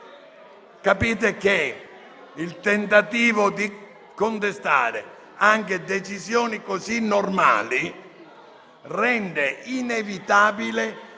che il tentativo di contestare anche decisioni così normali rende inevitabile